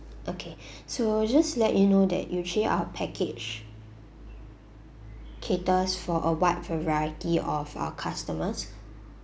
okay so just to let you know that usually our package caters for a wide variety of our customers